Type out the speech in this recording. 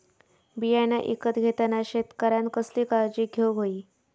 बियाणा ईकत घेताना शेतकऱ्यानं कसली काळजी घेऊक होई?